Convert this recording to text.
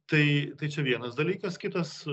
tai tai čia vienas dalykas kitas